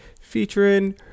featuring